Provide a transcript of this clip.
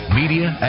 media